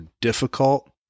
difficult